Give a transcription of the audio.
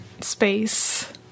space